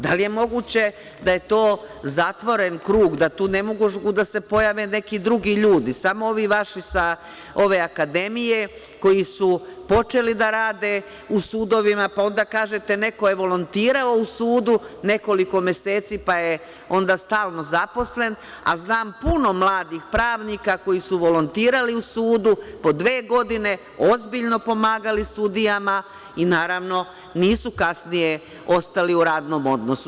Da li je moguće da je to zatvoren krug, da tu ne mogu da se pojave neki drugi ljudi, samo ovi vaši sa ove akademije, koji su počeli da rade u sudovima, pa onda kažete, neko je volontirao u sudu nekoliko meseci, pa je onda stalno zaposlen, a znam puno mladih pravnika koji su volontirali u sudu po dve godine, ozbiljno pomagali sudijama i naravno, nisu kasnije ostali u radnom odnosu.